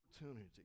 opportunity